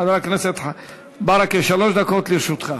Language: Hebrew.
חבר הכנסת ברכה, שלוש דקות לרשותך.